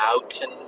Mountain